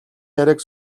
яриаг